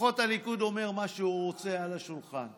לפחות הליכוד אומר מה שהוא רוצה על השולחן.